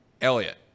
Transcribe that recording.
Elliot